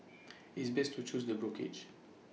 it's best to choose the brokerage